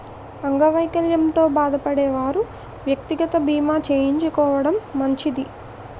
అంగవైకల్యంతో బాధపడే వారు వ్యక్తిగత బీమా చేయించుకోవడం మంచిది